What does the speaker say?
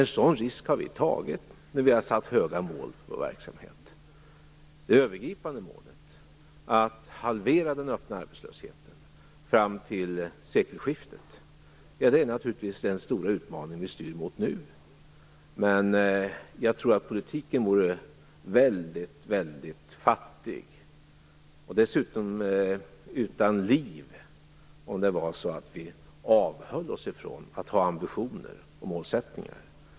En sådan risk har vi tagit när vi har satt höga mål för vår verksamhet. Det övergripande målet, att halvera den öppna arbetslösheten fram till sekelskiftet, är naturligtvis den stora utmaning som vi styr mot nu. Jag tror att politiken vore väldigt, väldigt fattig och dessutom utan liv, om vi avhöll oss från att ha ambitioner och målsättningar.